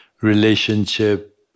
relationship